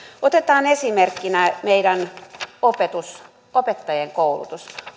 otetaan esimerkkinä meidän opettajankoulutuksemme opettajankoulutus